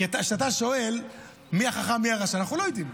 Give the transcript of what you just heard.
כשאתה שואל מי החכם, מי הרשע, אנחנו לא יודעים.